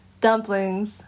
Dumplings